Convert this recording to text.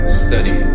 study